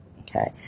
Okay